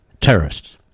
terrorists